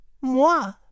Moi